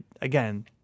Again